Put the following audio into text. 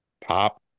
pop